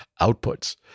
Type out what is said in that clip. outputs